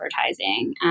advertising